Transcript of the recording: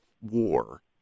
war